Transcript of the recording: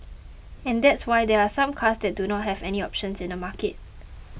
and that's why there are some cars that do not have any options in the market